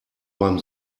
beim